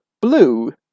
blue